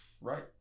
Right